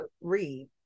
read